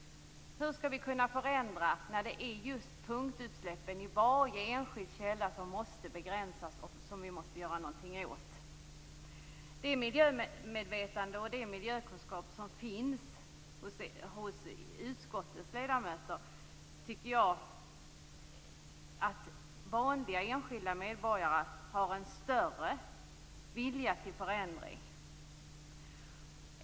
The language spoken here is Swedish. Det är ju just punktutsläppen i varje enskild källa som måste begränsas och som vi måste göra någonting åt. Med tanke på det miljömedvetande och de miljökunskaper som finns hos utskottets ledamöter tycker jag att vanliga enskilda medborgare har en större vilja till förändring.